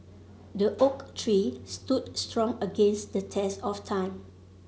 the oak tree stood strong against the test of time